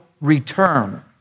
return